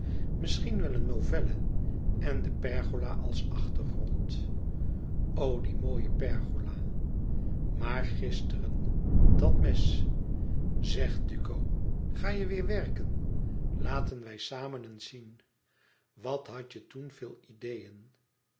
misschien wel een novelle en de pergola als achtergrond o die mooie pergola maar gisteren dat mes zeg duco ga je weêr werken laten wij samen eens zien wat hadt je toen veel ideeën